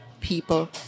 people